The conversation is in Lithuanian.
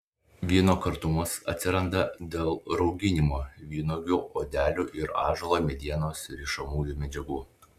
vyno kartumas atsiranda dėl rauginimo vynuogių odelių ir ąžuolo medienos rišamųjų medžiagų